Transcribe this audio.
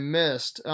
missed